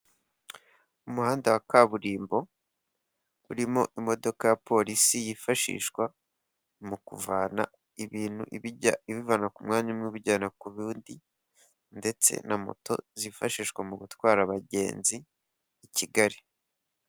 Umuhanda wa kaburimbo urimo imodoka ya polisi yifashishwa mu kuvana ibintu ibivana ku mwanya umwe bijyana ku wundi ndetse na moto zifashishwa mu gutwara abagenzi i Kigali.